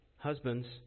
Husbands